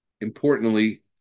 importantly